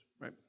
right